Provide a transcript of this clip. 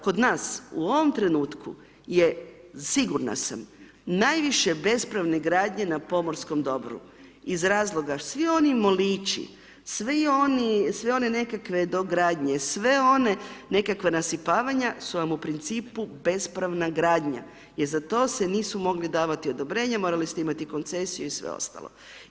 Kod nas u ovom trenutku je, sigurna sam, najviše bespravne gradnje na pomorskom dobru iz razloga, svi oni molići, sve one nekakve dogradnje, sve one nekakva nasipavanja su vam u principu bespravna gradnja jer za to se nisu mogli davati odobrenja, morali ste imati koncesiju i sve ostalo.